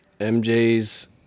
MJ's